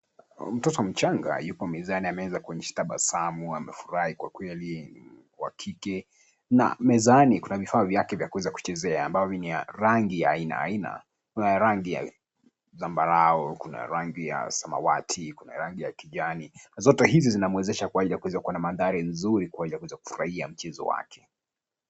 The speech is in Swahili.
Mtoto mchanga yupo mezani ameweza kuonyesha tabasamu. Amefurahi kwa kweli, wa kike na mezani kuna vifaa vyake vya kuweza kuchezea ambavyo ni ya rangi ya aina aina. Kuna ya rangi ya zambarau, kuna rangi ya samawati, kuna rangi ya kijani. Zote hizi zinamwezesha kwa ajili ya kuweza kuwa na mandhari nzuri kwa ajili ya kuweza kufurahia mchezo wake.